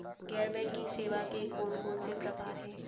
गैर बैंकिंग सेवा के कोन कोन से प्रकार हे?